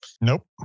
Nope